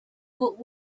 would